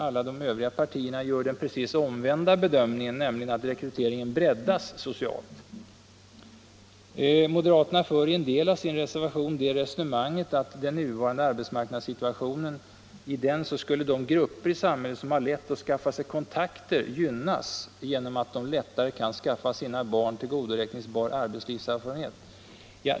Alla de övriga partierna gör den omvända förutsägelsen, nämligen att rekryteringen kommer att breddas socialt sett. Moderaterna för i en del av reservationen det resonemanget att i den nuvarande arbetsmarknadssituationen skulle sådana grupper i samhället som har lätt att skaffa sig kontakter gynnas genom att de lättare kan skaffa sina barn tillgodoräkningsbar arbetslivserfarenhet.